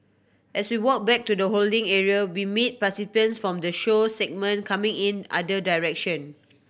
as we walk back to the holding area we meet participants from the show segment coming in other direction